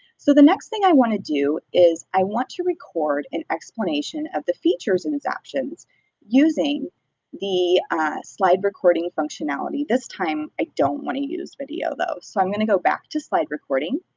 so the next thing i wanna do is i want to record an explanation of the features in zaption using the slide recording functionality. this time, i don't want to use video though. so i'm gonna go back to slide recording,